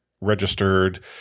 registered